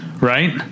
right